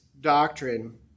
doctrine